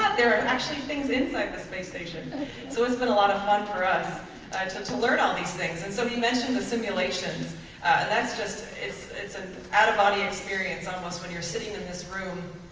there are actually things inside the space station so it's been a lot of fun for us ah and to learn all these things. and so he mentioned the simulations and that's just it's it's an out-of-body experience almost when you're sitting in this room.